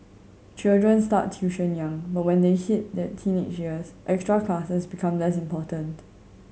children start tuition young but when they hit their teenage years extra classes become less important